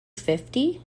fifty